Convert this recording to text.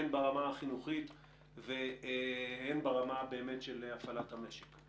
הן ברמה החינוכית והן ברמה של הפעלת המשק.